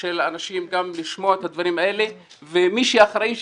של אנשים גם לשמוע את הדברים האלה ומי שאחראי,